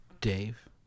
Dave